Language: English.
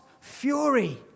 fury